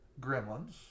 Gremlins